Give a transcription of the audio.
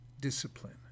discipline